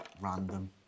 random